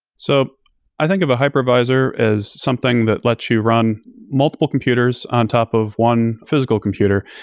so i think of a hypervisor as something that lets you run multiple computers on top of one physical computer.